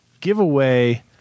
giveaway